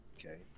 okay